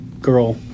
Girl